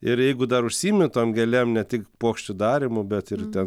ir jeigu dar užsiimi tom gėlėm ne tik puokščių darymu bet ir ten